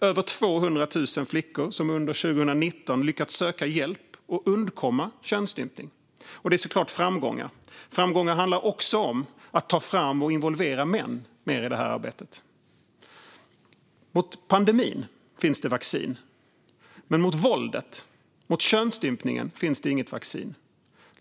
Över 200 000 flickor har under 2019 lyckats söka hjälp och undkomma könsstympning. Detta är såklart framgångar. Framgångar handlar också om att ta fram och involvera män mer i det här arbetet. Mot pandemin finns det vaccin, men mot våldet, mot könsstympningen, finns det inget vaccin.